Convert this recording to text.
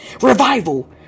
Revival